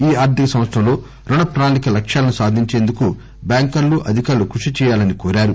ఈ ఆర్ధిక సంవత్సరంలో రుణ ప్రణాళిక లక్ష్యాలను సాధించుటకు బ్యాంకర్లు అధికారులు కృషి చేయాలని కోరారు